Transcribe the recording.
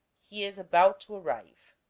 he is about to arrive.